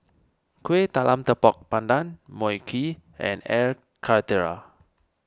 Kueh Talam Tepong Pandan Mui Kee and Air Karthira